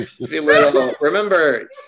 Remember